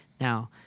Now